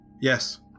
Yes